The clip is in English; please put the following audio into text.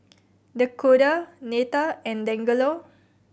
Dakoda Neta and Dangelo